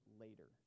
later